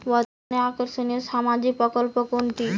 বর্তমানে আকর্ষনিয় সামাজিক প্রকল্প কোনটি?